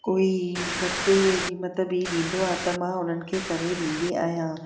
कोई घटि क़ीमत बि ॾींदो आहे त मां हुननि खे करे ॾींदी आहियां